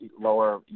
lower